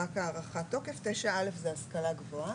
השכלה גבוהה.